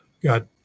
got